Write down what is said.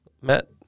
Matt